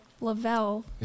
Lavelle